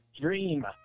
Dream